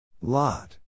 Lot